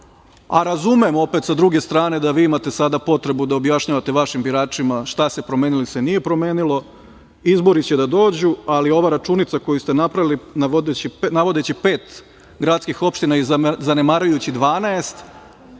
a razumem opet, sa druge strane, da vi imate sada potrebu da objašnjavate vašim biračima šta se promenilo ili se nije promenilo. Izbori će da dođu, ali ova računica koju ste napravili navodeći pet gradskih opština i zanemarujući 12,